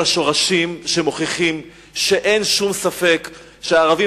השורשים שמוכיחים שאין שום ספק שהערבים,